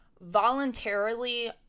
voluntarily